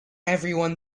everyone